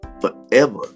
forever